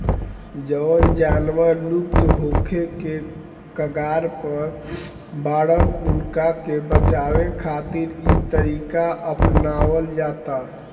जवन जानवर लुप्त होखे के कगार पर बाड़न उनका के बचावे खातिर इ तरीका अपनावल जाता